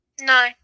No